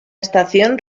estación